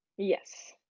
yes